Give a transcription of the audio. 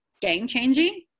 game-changing